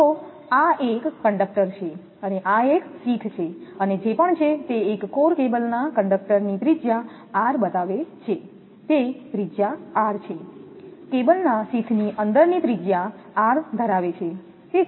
તો આ એક કંડક્ટર છે અને આ એક શીથ છે અને જે પણ છે તે એક કોર કેબલના કંડક્ટરની ત્રિજ્યા r બતાવે છે તે ત્રિજ્યા r છે કેબલ ના શીથની અંદરની ત્રિજ્યા r ધરાવે છે